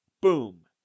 boom